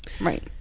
right